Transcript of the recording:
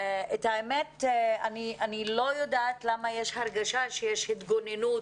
האמת היא שאני לא יודעת למה יש הרגשה של התגוננות